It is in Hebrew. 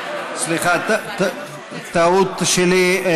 סליחה, טעות שלי.